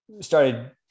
started